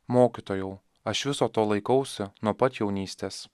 mokytojau aš viso to laikausi nuo pat jaunystės